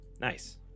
Nice